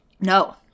No